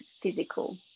physical